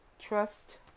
Trust